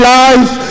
life